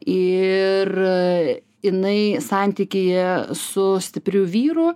ir jinai santykyje su stipriu vyru